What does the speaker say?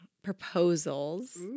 Proposals